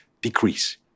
decrease